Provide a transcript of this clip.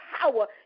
power